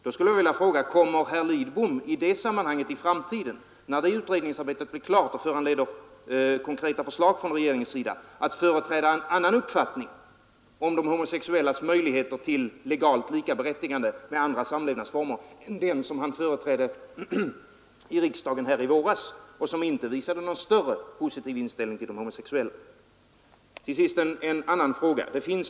Då skulle jag vilja fråga: Kommer herr Lidbom i det sammanhanget i framtiden, när det utredningsarbetet blir klart och föranleder konkreta förslag från regeringens sida, att företräda en annan uppfattning om de homosexuellas möjligheter till legalt likaberättigande med andra samlevnadsformer än den som han företrädde i riksdagen i våras och som inte visade någon högre grad av positiv inställning till de homosexuella? Till sist en annan fråga.